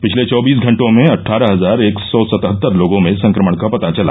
पिछले चौबीस घंटों में अट्ठारह हजार एक सौ सतहत्तर लोगों में संक्रमण का पता चला